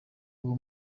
uwo